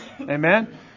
Amen